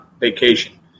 vacation